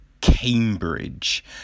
Cambridge